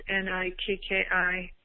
N-I-K-K-I